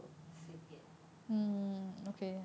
随便